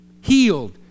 healed